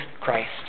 Christ